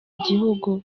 igihugu